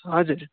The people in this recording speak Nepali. हजुर